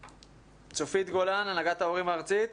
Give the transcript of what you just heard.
צופית גולן, הנהגת ההורים הארצית,